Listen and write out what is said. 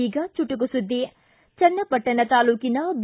ಈಗ ಚುಟುಕು ಸುದ್ದಿ ಚನ್ನಪಟ್ಟಣ ತಾಲೂಕಿನ ಬಿ